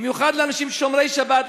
במיוחד לאנשים שומרי שבת,